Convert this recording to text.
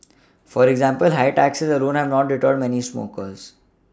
for example high taxes alone have not deterred many smokers